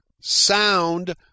Sound